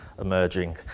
emerging